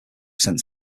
sent